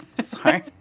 sorry